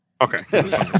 Okay